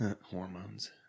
hormones